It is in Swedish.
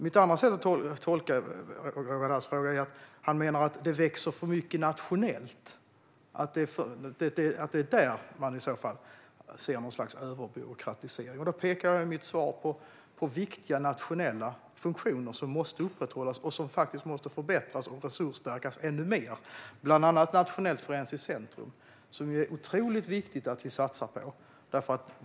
Mitt andra sätt att tolka Roger Haddads fråga är att han menar att organisationen växer för mycket nationellt, att det är där man ser något slags överbyråkratisering. Då pekade jag i mitt svar på viktiga nationella funktioner som måste upprätthållas och som faktiskt måste förbättras och resursstärkas ännu mer, bland annat Nationellt forensiskt centrum - som det är otroligt viktigt att vi satsar på.